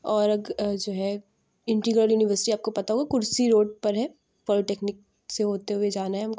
اور اگر جو ہے انٹیگرل یونیورسٹی آپ کو پتہ ہوگا کرسی روڈ پر ہے پولی ٹیکنک سے ہوتے ہوئے جانا ہے ہم کو